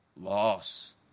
loss